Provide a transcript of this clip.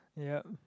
yup